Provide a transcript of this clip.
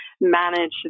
manage